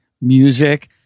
music